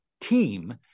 team